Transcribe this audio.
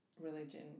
religion